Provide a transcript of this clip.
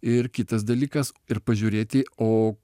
ir kitas dalykas ir pažiūrėti o